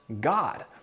god